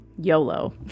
YOLO